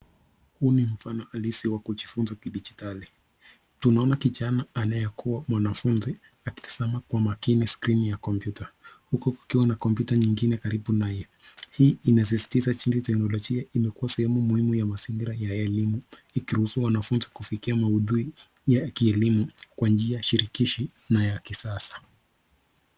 Huu ni mfano halisi wa kujifunza kidijitali. Tunaona kijana anayekuwa mwanafunzi akitazama kwa umakini skirini ya kompyuta. Huku kukiwa na kompyuta nyingine karibu na hiyo, hii imesisitiza jinsi teknolojia imekuwa sehemu muhimu ya mazingira ya elimu ikiruhusu wanafunzi kufikia maudhui ya kielimu kwa njia shirikishi na ya kisasa.